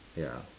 ya